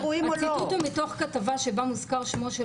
הציטוט הוא מתוך כתבה שבה מוזכר שמו של